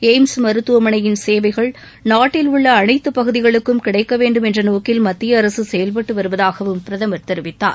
AIIMS மருத்துவமனையின் சேவைகள் நாட்டில் உள்ள அனைத்துப் பகுதிகளுக்கு கிடைக்க வேண்டும் என்ற நோக்கில் மத்திய அரசு செயவ்பட்டு வருவதாகவும் பிரதமர் தெரிவித்தார்